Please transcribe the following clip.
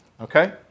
Okay